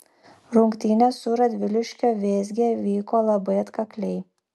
rungtynės su radviliškio vėzge vyko labai atkakliai